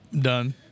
Done